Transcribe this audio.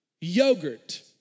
yogurt